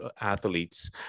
athletes